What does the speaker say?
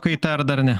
kaita ar dar ne